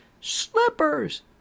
slippers